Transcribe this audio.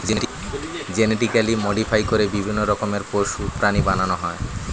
genetically modify করে বিভিন্ন রকমের পশু, প্রাণী বানানো হয়